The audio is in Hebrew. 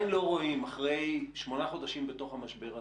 אחרי שמונה חודשים בתוך המשבר הזה,